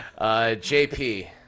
jp